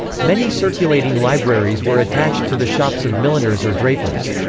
many circulating libraries were attached to the shops of milliners or drapers.